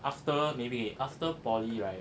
after maybe after poly right